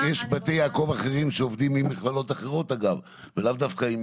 ואגב יש בתי יעקב אחרים שעובדים על מכללות אחרות ולאו דווקא עם